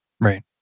Right